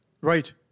Right